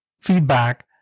feedback